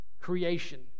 creation